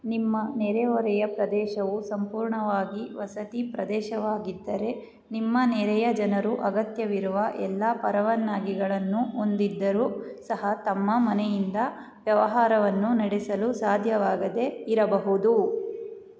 ನಿಮ್ಮ ನೆರೆಹೊರೆಯ ಪ್ರದೇಶವು ಸಂಪೂರ್ಣವಾಗಿ ವಸತಿ ಪ್ರದೇಶವಾಗಿದ್ದರೆ ನಿಮ್ಮ ನೆರೆಯ ಜನರು ಅಗತ್ಯವಿರುವ ಎಲ್ಲ ಪರವಾನಗಿಗಳನ್ನು ಹೊಂದಿದ್ದರೂ ಸಹ ತಮ್ಮ ಮನೆಯಿಂದ ವ್ಯವಹಾರವನ್ನು ನಡೆಸಲು ಸಾಧ್ಯವಾಗದೆ ಇರಬಹುದು